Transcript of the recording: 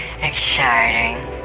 exciting